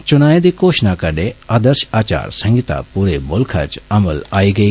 चुनां दी घोशणा कन्नै आदर्ष आचार संहिता पूरे मुल्खा च अमल च आई गेई